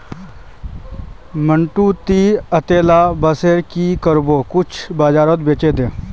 मंटू, ती अतेला बांसेर की करबो कुछू बाजारत बेछे दे